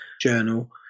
Journal